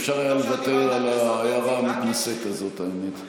אפשר היה לוותר על ההערה המתנשאת הזאת, האמת.